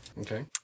Okay